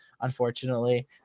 unfortunately